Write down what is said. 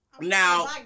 Now